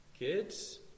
Kids